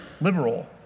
liberal